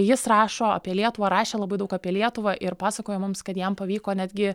jis rašo apie lietuvą rašė labai daug apie lietuvą ir pasakojo mums kad jam pavyko netgi